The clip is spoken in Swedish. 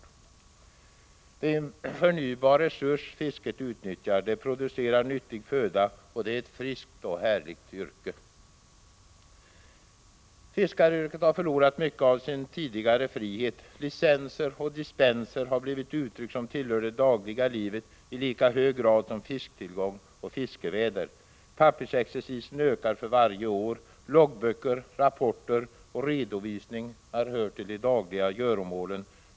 Det är en förnybar resurs fisket utnyttjar. Det producerar nyttig föda och det är ett friskt och härligt yrke. Fiskaryrket har dock förlorat mycket av sin tidigare frihet. Licenser och dispenser har blivit uttryck som tillhör det dagliga livet i lika hög grad som fisktillgång och fiskeväder. Pappersexercisen ökar för varje år. Loggböcker, rapporter och redovisningar hör till de dagliga göromålen.